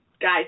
guys